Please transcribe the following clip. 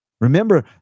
Remember